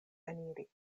eniri